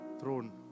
throne